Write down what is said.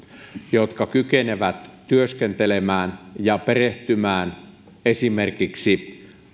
jotka kykenevät työskentelemään ja perehtymään esimerkiksi